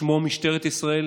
ושמו "משטרת ישראל".